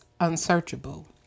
unsearchable